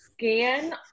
scan